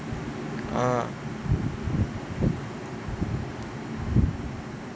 ah